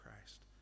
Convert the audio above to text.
Christ